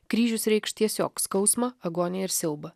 kryžius reikš tiesiog skausmą agoniją ir siaubą